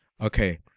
Okay